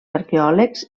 arqueòlegs